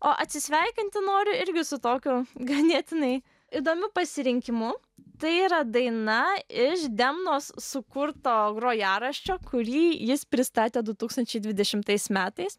o atsisveikinti noriu irgi su tokiu ganėtinai įdomiu pasirinkimu tai yra daina iš demnos sukurto grojaraščio kurį jis pristatė du tūkstančiai dvidešimtais metais